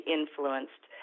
influenced